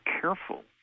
careful